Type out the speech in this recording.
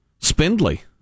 Spindly